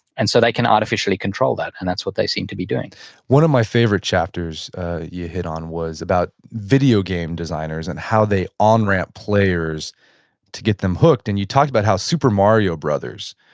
and so they can artificially control that and that's what they seem to be doing one of my favorite chapters you hit on was about video game designers and how they on-ramp players to get them hooked. and you talked about how super mario bros,